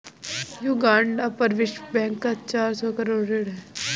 Uganda पर विश्व bank का चार सौ करोड़ ऋण है